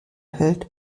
hält